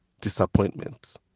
disappointment